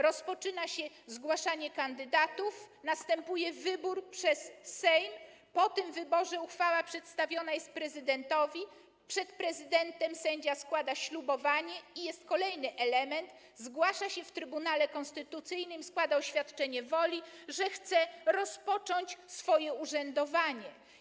Rozpoczyna się zgłaszanie kandydatów, następuje wybór przez Sejm, po tym wyborze uchwała przedstawiona jest prezydentowi, przed prezydentem sędzia składa ślubowanie i jest kolejny element: zgłasza się on w Trybunale Konstytucyjnym i składa oświadczenie woli, że chce rozpocząć swoje urzędowanie.